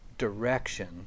direction